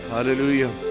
Hallelujah